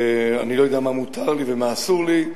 אני לא יודע מה מותר לי ומה אסור לי,